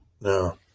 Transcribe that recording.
No